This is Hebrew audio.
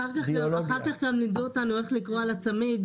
אחר כך גם לימדו אותנו איך לקרוא על הצמיג,